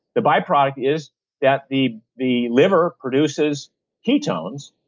the byproduct is that the the liver produces ketones.